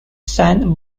san